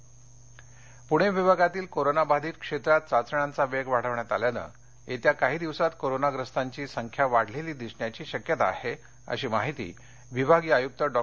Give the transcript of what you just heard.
Pune corona चाचण्या पूणे विभागातील corona बाधित क्षेत्रात चाचण्यांचा वेग वाढवण्यात आल्यानं येत्या काही दिवसात कोरोनाग्रस्तांची संख्या वाढलेली दिसण्याची शक्यता आहे अशी माहिती विभागीय आयुक्त डॉ